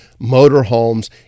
motorhomes